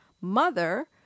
mother